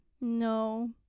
No